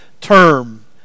term